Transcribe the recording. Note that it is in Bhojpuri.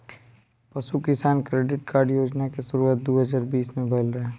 पशु किसान क्रेडिट कार्ड योजना के शुरुआत दू हज़ार बीस में भइल रहे